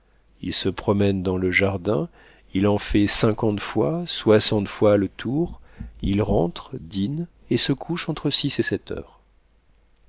il se promène dans le jardin il en fait cinquante fois soixante fois le tour il rentre dîne et se couche entre six et sept heures